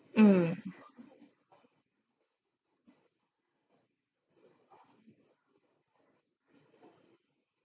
mm